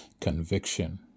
conviction